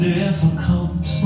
difficult